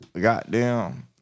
goddamn